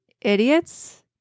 idiots